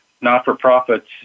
not-for-profits